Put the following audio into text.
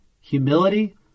humility